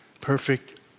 perfect